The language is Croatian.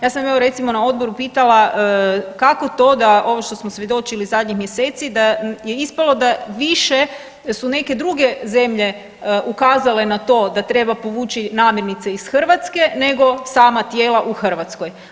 Ja sam evo recimo na odboru evo pitala, kako to da ovo što smo svjedočili zadnjih mjeseci da je ispalo da su više neke druge zemlje ukazale na to da treba povući namirnice iz Hrvatske nego sama tijela u Hrvatskoj.